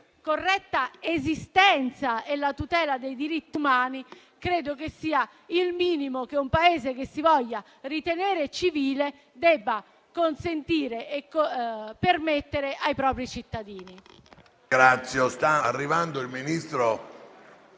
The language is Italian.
corretta esistenza e per la tutela dei diritti umani. Credo che questo sia il minimo che un Paese che si voglia ritenere civile debba consentire ai propri cittadini.